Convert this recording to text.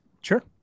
Sure